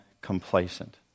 complacent